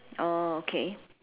oh okay